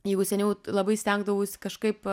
jeigu seniau labai stengdavausi kažkaip